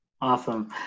Awesome